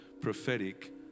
prophetic